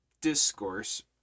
discourse